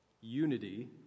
unity